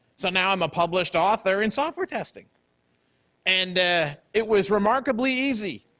so now, i'm a published author in software testing and it was remarkably easy,